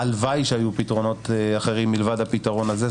הלוואי שהיו פתרונות אחרים מלבד הפתרון הזה,